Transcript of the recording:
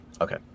Okay